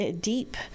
deep